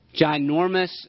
ginormous